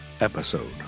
episode